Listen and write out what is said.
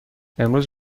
امروز